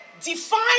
define